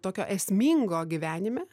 tokio esmingo gyvenime